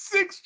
Six